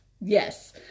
Yes